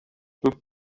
peu